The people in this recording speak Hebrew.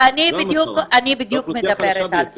אני, בדיוק, מדברת על זה.